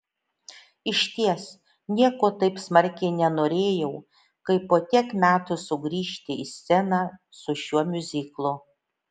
išties nieko taip smarkiai nenorėjau kaip po tiek metų sugrįžti į sceną su šiuo miuziklu